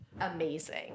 amazing